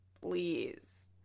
please